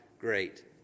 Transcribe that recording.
Great